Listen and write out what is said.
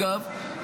אגב,